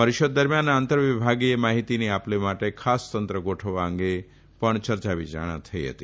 પરીષદ દરમિયાન આંતર વિભાગીય માહિતીની આપ લે માટે ખાસ તંત્ર ગોઠવવા અંગે વિશે પણ ચર્ચા વિચારણા થઇ હતી